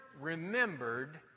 remembered